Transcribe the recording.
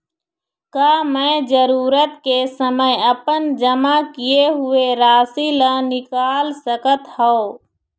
का मैं जरूरत के समय अपन जमा किए हुए राशि ला निकाल सकत हव?